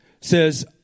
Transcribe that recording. says